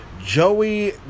Joey